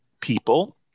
people